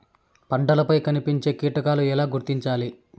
పంటలపై కనిపించే కీటకాలు ఎలా గుర్తించాలి?